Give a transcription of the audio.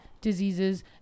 diseases